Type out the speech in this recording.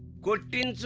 good in